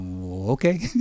okay